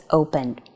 opened